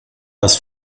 das